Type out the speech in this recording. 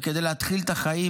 וכדי להתחיל את החיים,